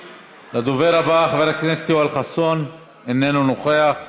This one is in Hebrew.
הדובר הבא, חבר הכנסת יואל חסון, אינו נוכח,